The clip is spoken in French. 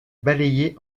balayé